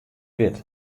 wit